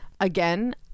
Again